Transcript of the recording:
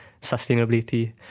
sustainability